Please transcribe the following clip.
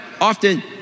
often